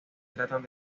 tratan